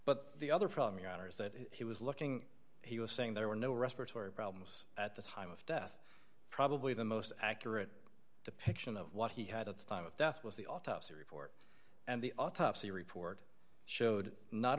but the other problem your honor is that he was looking he was saying there were no respiratory problems at the time of death probably the most accurate depiction of what he had at the time of death was the autopsy report and the autopsy report showed not